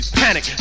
panic